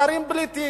שרים בלי תיק,